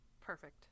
Perfect